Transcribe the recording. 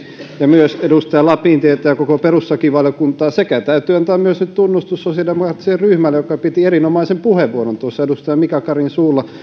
ja myös edustaja lapintietä ja koko perustuslakivaliokuntaa sekä täytyy antaa myös nyt tunnustus sosiaalidemokraattiselle ryhmälle joka piti erinomaisen puheenvuoron edustaja mika karin suulla